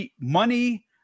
money